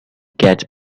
catch